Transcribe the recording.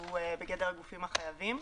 שהוא בגדר הגופים החייבים.